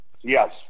Yes